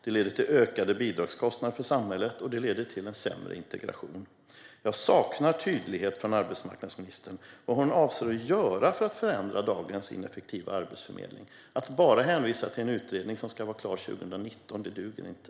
Det leder till ökade bidragskostnader för samhället och sämre integration. Jag saknar tydlighet från arbetsmarknadsministern i fråga om vad hon avser att göra för att förändra dagens ineffektiva arbetsförmedling. Att bara hänvisa till en utredning som ska vara klar 2019 duger inte.